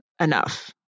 enough